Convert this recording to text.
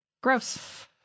Gross